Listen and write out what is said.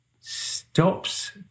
stops